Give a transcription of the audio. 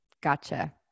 gotcha